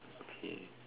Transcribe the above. okay